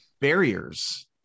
barriers